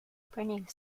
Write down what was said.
printing